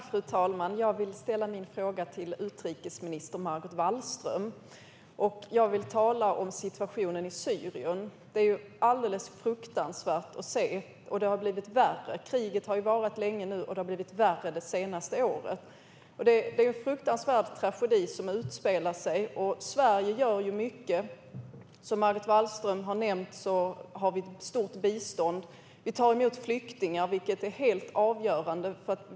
Fru talman! Jag vill ställa min fråga till utrikesminister Margot Wallström. Jag vill tala om situationen i Syrien. Den är alldeles fruktansvärd att se. Det har blivit värre. Kriget har varat länge, och det har blivit värre det senaste året. Det är en fruktansvärd tragedi som utspelar sig. Sverige gör mycket. Som Margot Wallström har nämnt finns ett stort bistånd. Vi tar emot flyktingar, vilket är helt avgörande.